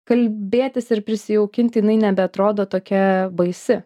kalbėtis ir prisijaukinti jinai nebeatrodo tokia baisi